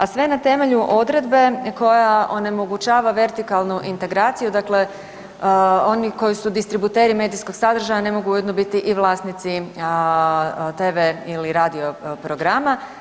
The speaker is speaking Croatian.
A sve na temelju odredbe koja onemogućava vertikalnu integraciju, dakle oni koji su distributeri medijskog sadržaja, ne mogu ujedno biti i vlasnici Tv ili radio programa.